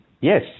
Yes